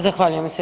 Zahvaljujem se.